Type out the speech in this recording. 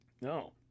No